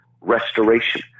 restoration